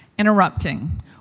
interrupting